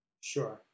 Sure